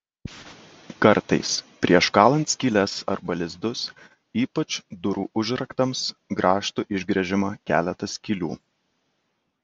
kartais prieš kalant skyles arba lizdus ypač durų užraktams grąžtu išgręžiama keletas skylių